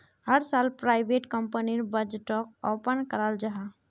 हर साल प्राइवेट कंपनीर बजटोक ओपन कराल जाहा